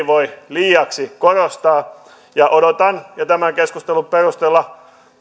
voi liiaksi korostaa ja odotan ja tämän keskustelun perusteella